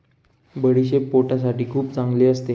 बडीशेप पोटासाठी खूप चांगली असते